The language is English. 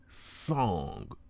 song